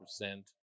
percent